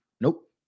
nope